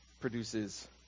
produces